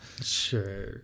Sure